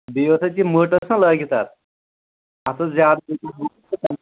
بیٚیہِ یۄس اَسہِ یہِ مٔٹ ٲس نہ لٲگِتھ اَتھ اَتھ اوس زیادٕ